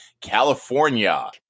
california